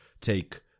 take